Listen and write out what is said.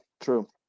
true